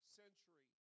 century